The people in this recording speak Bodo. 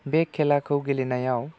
बे खेलाखौ गेलेनायाव